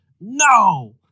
No